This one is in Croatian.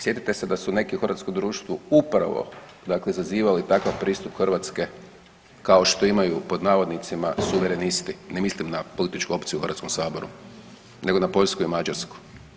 Sjetite se da su neki u hrvatskom društvu upravo dakle zazivali takav pristup Hrvatske kao što imaju, pod navodnicima suverenisti, ne mislim na političku opciju u HS-u, nego na Poljsku i Mađarsku.